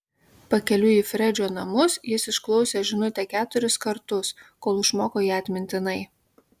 pakeliui į fredžio namus jis išklausė žinutę keturis kartus kol išmoko ją atmintinai